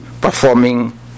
performing